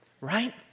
Right